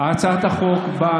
הצעת החוק באה,